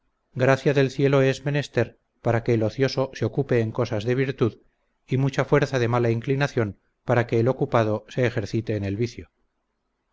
gracia del cielo es menester para que el ocioso se ocupe en cosas de virtud y mucha fuerza de mala inclinación para que el ocupado se ejercite en el vicio